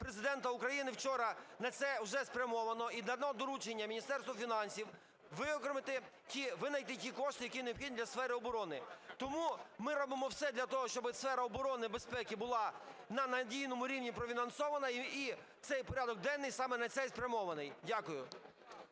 Президента України вчора на це вже спрямовано і дано доручення Міністерству фінансів виокремити… винайти ті кошти, які необхідні для сфери оборони. Тому ми робимо все для того, щоб сфера оборони і безпеки була на надійному рівні профінансована і цей порядок денний саме на це і спрямований. Дякую.